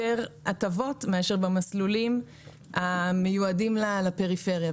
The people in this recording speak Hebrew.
הטבות מאשר במסלולים המיועדים לפריפריה.